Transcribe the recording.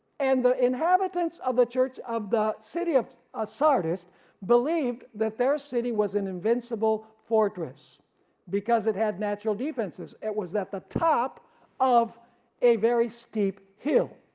and the inhabitants of the church of the city of ah sardis believed that their city was an invincible fortress because it had natural defenses, it was at the top of a very steep hill.